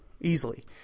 Easily